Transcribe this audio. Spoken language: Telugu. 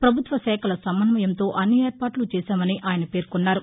పభుత్వ శాఖల సమన్వయంతో అన్ని ఏర్పాట్ల చేశామని ఆయన పేర్కొన్నారు